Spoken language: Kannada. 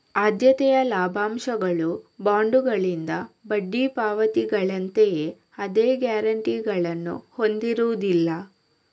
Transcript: ಆದ್ಯತೆಯ ಲಾಭಾಂಶಗಳು ಬಾಂಡುಗಳಿಂದ ಬಡ್ಡಿ ಪಾವತಿಗಳಂತೆಯೇ ಅದೇ ಗ್ಯಾರಂಟಿಗಳನ್ನು ಹೊಂದಿರುವುದಿಲ್ಲ